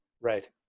Right